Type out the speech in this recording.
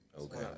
Okay